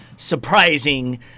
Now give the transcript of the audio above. Surprising